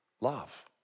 love